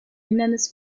hindernis